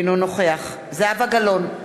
אינו נוכח זהבה גלאון,